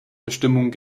bestimmung